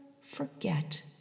forget